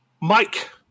Mike